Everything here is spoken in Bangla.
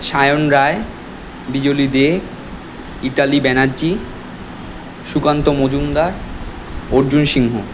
সায়ন রায় বিজলী দে ইতালী ব্যানার্জী সুকান্ত মজুমদার অর্জুন সিংহ